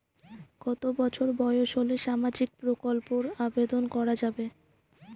কত বছর বয়স হলে সামাজিক প্রকল্পর আবেদন করযাবে?